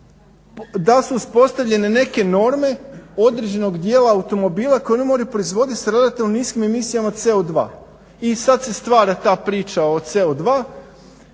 da su uspostavljene neke norme određenog dijela automobila koji oni moraju proizvoditi s relativno niskim emisijama CO2 i sad se stvara ta priča o CO2,